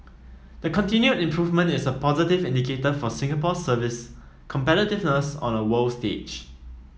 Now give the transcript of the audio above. the continued improvement is a positive indicator for Singapore's service competitiveness on a world stage